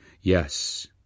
Yes